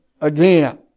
again